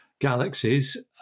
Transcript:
galaxies